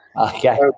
okay